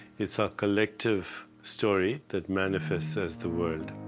it's a collective story, that manifests as the world.